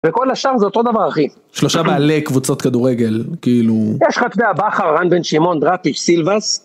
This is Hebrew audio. וכל השאר זה אותו דבר אחי. שלושה בעלי קבוצות כדורגל, כאילו... יש לך אתה יודע: בכר, רן בן שמעון, דרטיש, סילבאס.